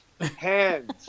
hands